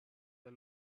the